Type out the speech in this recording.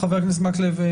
חבר הכנסת מקלב,